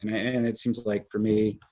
and it seems like, for me,